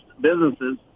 businesses